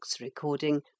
recording